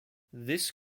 this